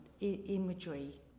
imagery